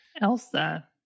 Elsa